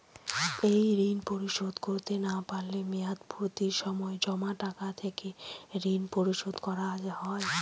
এই ঋণ পরিশোধ করতে না পারলে মেয়াদপূর্তির সময় জমা টাকা থেকে ঋণ পরিশোধ করা হয়?